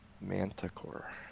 manticore